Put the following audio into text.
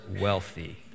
wealthy